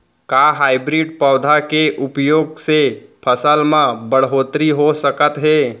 का हाइब्रिड पौधा के उपयोग से फसल म बढ़होत्तरी हो सकत हे?